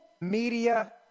media